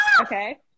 Okay